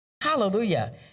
Hallelujah